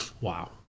Wow